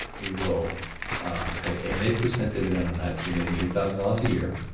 we will pay an eight percent dividend on that, so you're making eight thousand dollars a year,